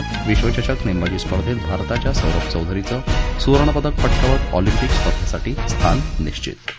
F विश्वचषक नेमबाजी स्पर्धेत भारताच्या सौरभ चौधरीचं सुवर्णपदक पटकावत ऑलिम्पिक रुपर्धेसाठी स्थान निश्चित